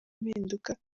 impinduka